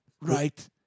right